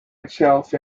itself